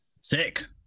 sick